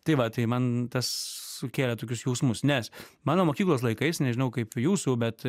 tai va tai man sukėlė tokius jausmus nes mano mokyklos laikais nežinau kaip jūsų bet